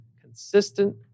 consistent